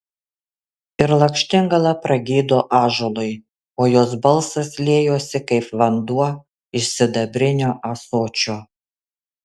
ir lakštingala pragydo ąžuolui o jos balsas liejosi kaip vanduo iš sidabrinio ąsočio